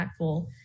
impactful